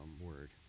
word